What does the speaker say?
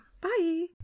Bye